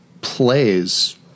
plays